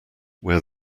where